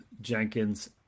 Jenkins